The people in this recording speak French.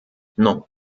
non